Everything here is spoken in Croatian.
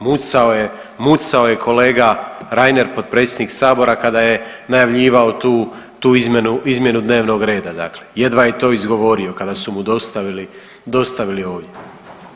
Mucao je, mucao je kolega Reiner, potpredsjednik Sabora kada je najavljivao tu, tu izmjenu dnevnog reda dakle, jedva je to izgovorio kada su mu dostavili ovdje.